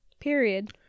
Period